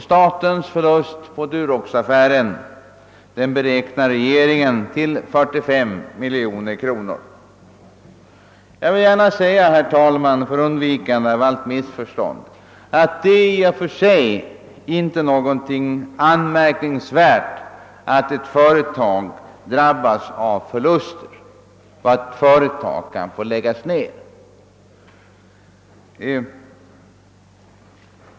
Statens förlust på Duroxaffären beräknar regeringen till 45 miljoner kronor. Jag vill gärna säga, herr talman, för undvikande av allt missförstånd, att det i och för sig inte är så anmärkningsvärt att ett företag drabbas av förluster eller att ett företag måste läggas ner.